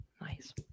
Nice